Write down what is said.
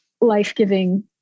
life-giving